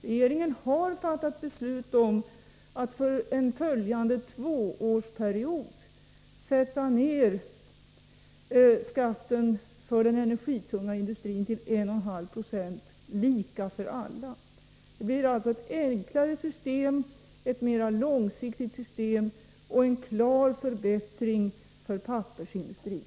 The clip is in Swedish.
Regeringen har fattat beslut om att för en följande tvåårsperiod sänka skatten för den energitunga industrin till 1,5 96, lika för alla. Det blir alltså ett enklare system, ett mer långsiktigt system, och det ger en klar förbättring för pappersindustrin.